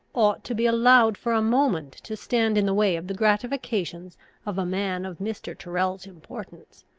ought to be allowed for a moment to stand in the way of the gratifications of a man of mr. tyrrel's importance.